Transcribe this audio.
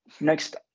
Next